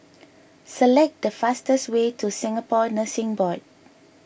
select the fastest way to Singapore Nursing Board